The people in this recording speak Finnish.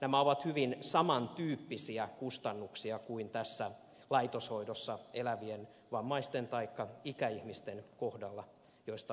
nämä ovat hyvin saman tyyppisiä kustannuksia kuin tässä laitoshoidossa elävien vammaisten taikka ikäihmisten kohdalla joista on kyse